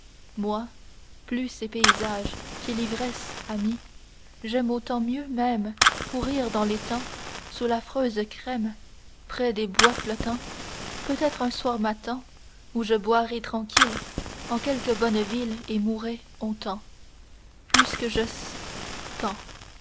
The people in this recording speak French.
moi plus ces paysages qu'est l'ivresse amis j'aime autant mieux même pourrir dans l'étang sous l'affreuse crème près des bois flottants peut-être un soir m'attend où je boirai tranquille en quelque bonne ville et mourrai ontent puisque je